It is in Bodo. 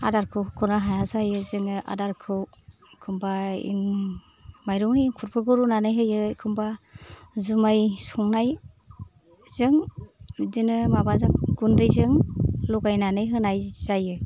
आदारखौ होख'नो हाया जायो जोङो आदारखौ एखमबा माइरं इंखुरफोरखौ रूना होयो एखमबा जुमाय संनायजों बिदिनो माबाजों गुन्दैजों लगायनानै होनाय जायो